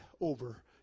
over